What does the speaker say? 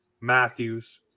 Matthews